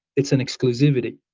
it's an exclusivity.